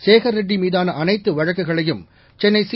சேகர் ரெட்டி மீதான அனைத்து வழக்குகளையும் சென்னை சி